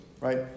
right